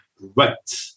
Right